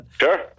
Sure